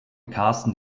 karsten